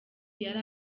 yari